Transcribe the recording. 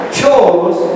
chose